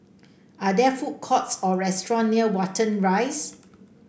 are there food courts or restaurant near Watten Rise